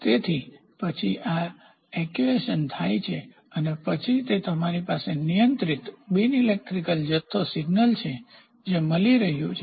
તેથી પછી આ એક્ચુંએશન થાય છે અને તે પછી તમારી પાસે નિયંત્રિત બિન ઇલેક્ટ્રીક્લ જથ્થો સિગ્નલ છે જે મલી રહ્યું છે